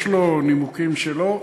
יש לו נימוקים משלו,